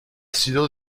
sido